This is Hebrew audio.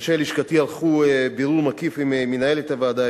אנשי לשכתי ערכו בירור מקיף עם מנהלת הוועדה,